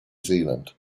zealand